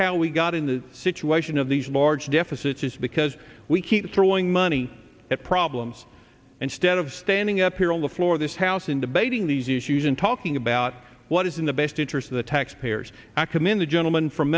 house we got in the situation of these large deficits is because we keep throwing money at problems instead of standing up here on the floor of this house and debating these issues and talking about what is in the best interest of the taxpayers akam in the gentleman from